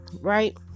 right